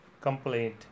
complaint